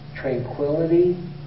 tranquility